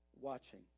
watching